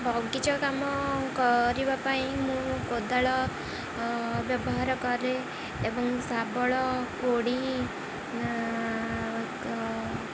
ବଗିଚା କାମ କରିବା ପାଇଁ ମୁଁ କୋଦାଳ ବ୍ୟବହାର କରେ ଏବଂ ଶାବଳ କୋଡ଼ି